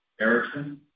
Ericsson